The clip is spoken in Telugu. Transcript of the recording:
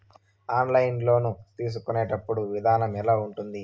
ఆన్లైన్ లోను తీసుకునేటప్పుడు విధానం ఎలా ఉంటుంది